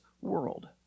world